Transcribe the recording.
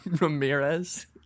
Ramirez